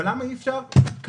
אבל למה אי אפשר כרגע,